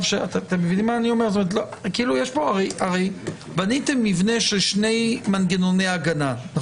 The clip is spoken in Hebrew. הרי בניתם מבנה של שני מנגנוני הגנה: